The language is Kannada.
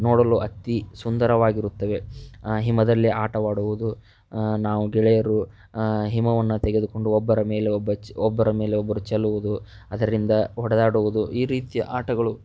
ನೋಡಲು ಅತೀ ಸುಂದರವಾಗಿರುತ್ತವೆ ಹಿಮದಲ್ಲಿ ಆಟವಾಡುವುದು ನಾವು ಗೆಳೆಯರು ಹಿಮವನ್ನು ತೆಗೆದುಕೊಂಡು ಒಬ್ಬರ ಮೇಲೆ ಒಬ್ಬ ಚ್ ಒಬ್ಬರ ಮೇಲೆ ಒಬ್ಬರು ಚೆಲ್ಲುವುದು ಅದರಿಂದ ಹೊಡೆದಾಡುವುದು ಈ ರೀತಿಯ ಆಟಗಳು